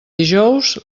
dijous